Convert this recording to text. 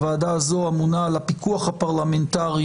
הוועדה הזאת אמונה על הפיקוח הפרלמנטרי,